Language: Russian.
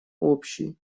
общий